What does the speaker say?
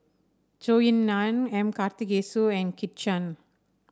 Zhou Ying Nan M Karthigesu and Kit Chan